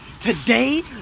today